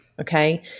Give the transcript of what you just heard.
Okay